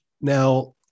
Now